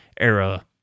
era